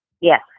Yes